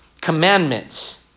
commandments